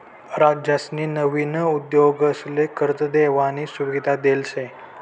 राज्यसनी नवीन उद्योगसले कर्ज देवानी सुविधा देल शे